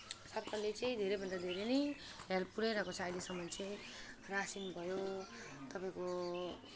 सबैले चाहिँ धेरैभन्दा धेरै नै हेल्प पुऱ्याइरहेको छ अहिलेसम्म चाहिँ रासिन भयो तपाईँको